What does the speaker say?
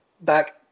back